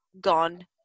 gone